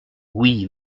oui